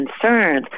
concerns